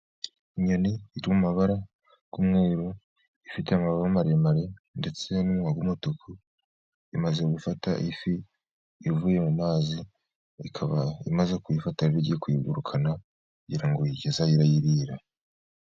Inyoni iri mu mabara y’umweru, ifite amababa maremare ndetse n’umunwa w’umutuku. Imaze gufata ifi ivuye mu mazi, ikaba imaze kuyifata, igiye kuyigurukana kugira ngo iyigeze aho irayirira.